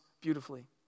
beautifully